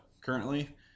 currently